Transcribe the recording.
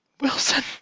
Wilson